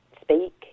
speak